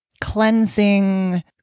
cleansing